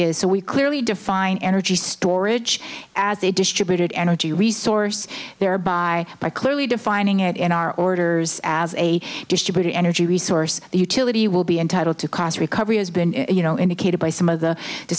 we clearly define energy storage as a distributed energy resource thereby by clearly defining it in our orders as a distributed energy resource the utility will be entitled to cost recovery has been you know indicated by some of the